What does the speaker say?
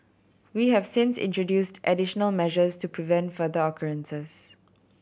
we have since introduced additional measures to prevent future occurrences